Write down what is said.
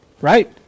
Right